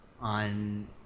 on